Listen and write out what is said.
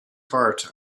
heart